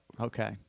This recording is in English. Okay